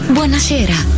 Buonasera